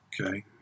okay